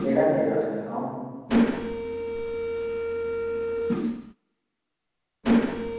केह्ड़ा चाहिदा तुसें सनाओ